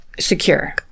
Secure